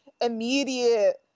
immediate